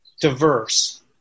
diverse